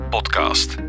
Podcast